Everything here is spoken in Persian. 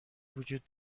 وجود